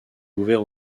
ouvert